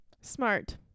smart